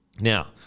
Now